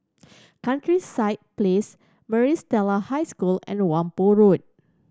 Countryside Place Maris Stella High School and Whampoa Road